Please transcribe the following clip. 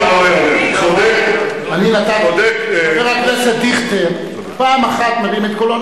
חבר הכנסת דיכטר פעם אחת מרים את קולו,